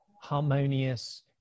harmonious